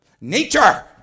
nature